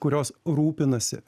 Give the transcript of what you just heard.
kurios rūpinasi